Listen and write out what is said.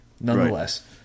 nonetheless